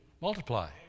multiply